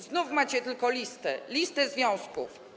Znów macie tylko listę - listę związków.